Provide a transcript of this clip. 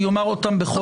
אני אומר אותם בכל אופן.